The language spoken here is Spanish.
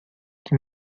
que